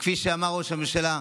וכפי שאמר ראש הממשלה,